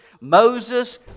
Moses